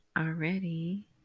already